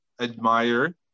admire